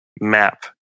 map